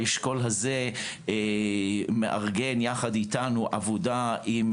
האשכול הזה מארגן יחד איתנו עבודה יחד עם